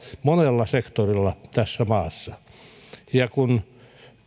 monella sektorilla tässä maassa ja kun